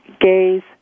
gays